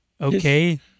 okay